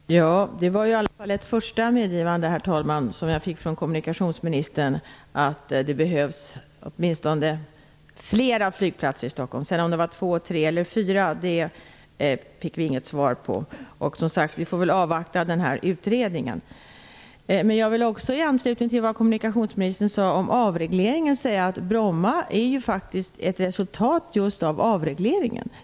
Herr talman! Det var i alla fall ett första medgivande från kommunikationsministern om att det behövs flera flygplatser i Stockholm. Om det sedan var två, tre eller fyra fick vi inget svar på. Vi får väl avvakta utredningen. I anslutning till det som kommunikationsministern sade om avregleringen vill jag säga att Bromma är ett resultat just av avregleringen.